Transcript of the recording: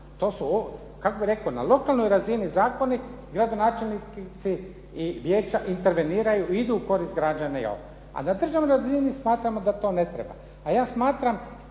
Kako bih rekao na lokalnoj razini zakoni, gradonačelnici i vijeća interveniraju i idu u korist građana. A na državnoj razini smatramo da to ne treba. A ja smatram